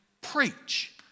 preach